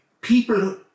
people